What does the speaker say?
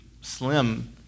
slim